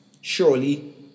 Surely